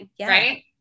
Right